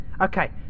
Okay